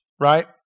right